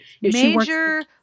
major